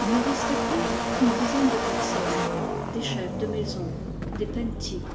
il ne restait plus qu'une dizaine de personnes des chefs de maison des pemi ti